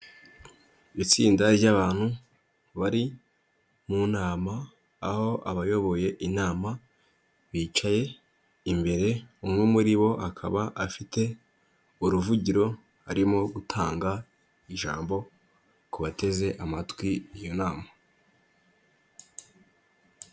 Itsinda ry'abantu bari mu nama, aho abayoboye inama bicaye imbere, umwe muri bo akaba afite uruvugiro, arimo gutanga ijambo ku bateze amatwi iyo nama.